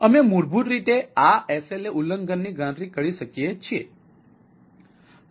અમે મૂળભૂત રીતે આ SLA ઉલ્લંઘનની ગણતરી કરી શકીએ છીએ